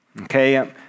Okay